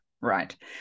Right